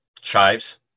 chives